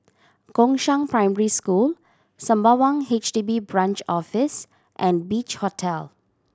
Gongshang Primary School Sembawang H D B Branch Office and Beach Hotel